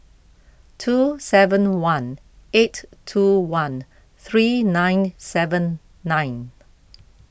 two seven one eight two one three nine seven nine